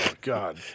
God